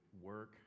work